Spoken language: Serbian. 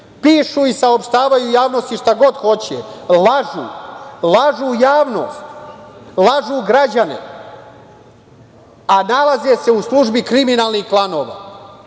Pišu i saopštavaju javnosti šta god hoće. Lažu javnost, lažu građane, a nalaze se u službi kriminalnih klanova. Ja